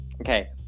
okay